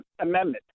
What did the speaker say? Amendment